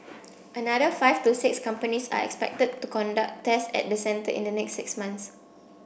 another five to six companies are expected to conduct tests at the centre in the next six months